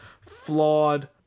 flawed